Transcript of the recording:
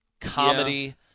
comedy